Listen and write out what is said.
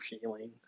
feeling